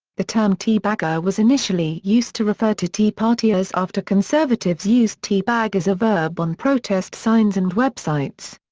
the term teabagger was initially used to refer to tea partiers after conservatives used tea bag as a verb on protest signs and websites.